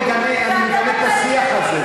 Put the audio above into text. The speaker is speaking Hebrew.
מגנה את השיח הזה.